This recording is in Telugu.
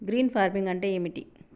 గ్రీన్ ఫార్మింగ్ అంటే ఏమిటి?